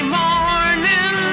morning